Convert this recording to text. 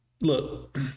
Look